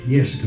Yes